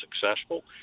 successful